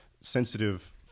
sensitive